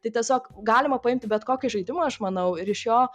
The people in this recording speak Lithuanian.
tai tiesiog galima paimti bet kokį žaidimą aš manau ir iš jo